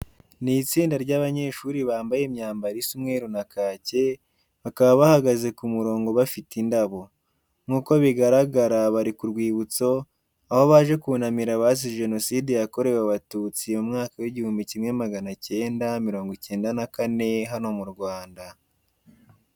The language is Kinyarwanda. Ni itsinda ry'abanyeshuri bambaye imyambaro isa umweru na kake, bakaba bahagaza ku murongo bafite indabo. Nk'uko bigaragara bari ku rwibutso, aho baje kunamira abazize Jenoside yakorewe Abatutsi mu mwaka w'igihumbi kimwe magana cyenda miringo icyenda na kane hano mu Rwanda.